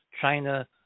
China